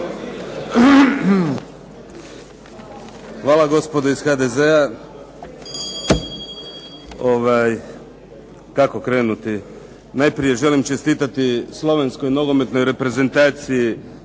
Hvala gospodo iz HDZ-a. Kako krenuti? Najprije želim čestitati slovenskoj nogometnoj reprezentaciji